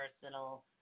personal